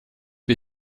wir